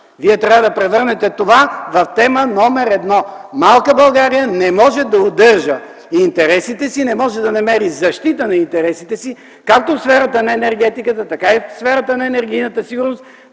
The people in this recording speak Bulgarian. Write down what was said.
Вие трябва да превърнете това в тема № 1. Малка България не може да удържа интересите си, не може да намери защита на интересите си както в сферата на енергетиката, така и в сферата на енергийната сигурност